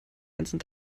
ganzen